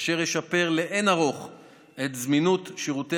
אשר ישפר לאין ערוך את זמינות שירותי